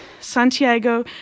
Santiago